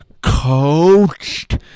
coached